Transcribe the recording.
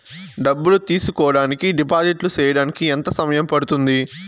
డబ్బులు తీసుకోడానికి డిపాజిట్లు సేయడానికి ఎంత సమయం పడ్తుంది